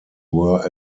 were